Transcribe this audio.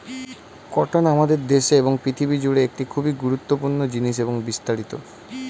cotton আমাদের দেশে এবং পৃথিবী জুড়ে একটি খুবই গুরুত্বপূর্ণ জিনিস এবং বিস্তারিত